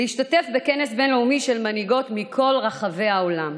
להשתתף בכנס בין-לאומי של מנהיגות מכל רחבי העולם.